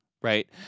right